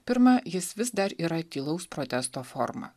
pirma jis vis dar yra tylaus protesto forma